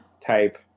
type